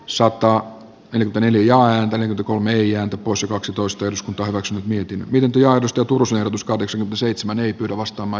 sota yli neljä ääntä kolmeia osa kaksitoista eduskunta hyväksyi mietin miten työ jos totuus ehdotus kahdeksan seitsemän ei pyri vastaamaan